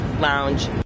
lounge